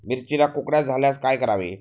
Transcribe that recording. मिरचीला कुकड्या झाल्यास काय करावे?